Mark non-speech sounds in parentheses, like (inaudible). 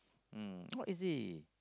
mm (noise) not easy